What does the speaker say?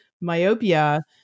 myopia